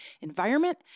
environment